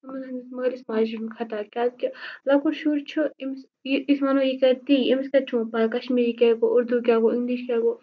مٲلٕس ماجہِ ہُند خطا کیازِ کہِ لۄکُٹ شُر چھُ أمِس یہِ وَنو یہِ کَرِ تی أمِس کَتہِ چھِ ووں پَتہ کشمیری کیاہ گوٚو اردوٗ کیاہ گوٚو اِنگلِش کیاہ گوٚو